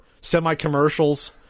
semi-commercials